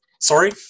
sorry